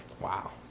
Wow